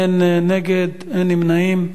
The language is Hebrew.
אין נגד, אין נמנעים.